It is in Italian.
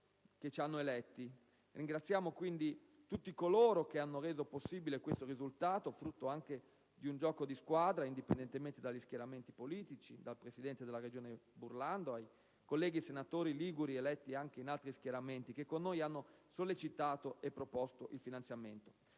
che ci hanno eletti. Ringraziamo quindi tutti coloro che hanno reso possibile questo risultato, frutto anche di un gioco di squadra, indipendentemente dagli schieramenti politici, dal presidente della Regione Burlando, ai colleghi senatori liguri eletti anche in altri schieramenti, che con noi hanno sollecitato e proposto il finanziamento.